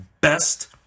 best